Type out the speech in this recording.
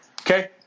Okay